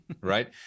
right